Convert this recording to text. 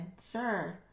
sir